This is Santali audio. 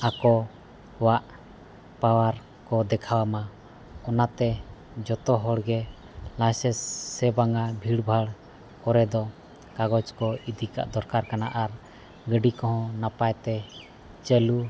ᱟᱠᱚᱣᱟᱜ ᱠᱚ ᱫᱮᱠᱷᱟᱣ ᱟᱢᱟ ᱚᱱᱟᱛᱮ ᱡᱚᱛᱚ ᱦᱚᱲᱜᱮ ᱥᱮ ᱵᱟᱝᱟ ᱵᱷᱤᱲᱵᱷᱟᱲ ᱠᱚᱨᱮ ᱫᱚ ᱠᱟᱜᱚᱡᱽ ᱠᱚ ᱤᱫᱤ ᱠᱟᱜ ᱫᱚᱨᱠᱟᱨ ᱠᱟᱱᱟ ᱟᱨ ᱜᱟᱹᱰᱤ ᱠᱚᱦᱚᱸ ᱱᱟᱯᱟᱭᱛᱮ ᱪᱟᱹᱞᱩ